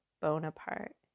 Bonaparte